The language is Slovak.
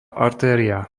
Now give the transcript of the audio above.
artéria